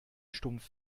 stumpf